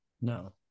No